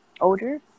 older